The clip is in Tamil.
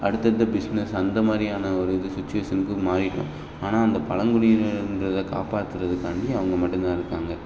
அடுத்தடுத்த பிஸ்னஸ் அந்த மாதிரியான ஒரு இது சிச்சுவேஷன்க்கு மாறிவிட்டோம் ஆனால் அந்த பழங்குடியினருன்றதை காப்பாற்றுறதுக்காண்டி அவங்க மட்டும்தான் இருக்காங்க